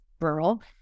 rural